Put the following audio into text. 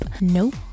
Nope